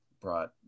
brought